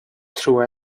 through